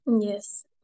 Yes